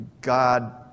God